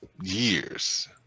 years